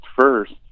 first